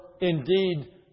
indeed